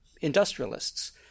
industrialists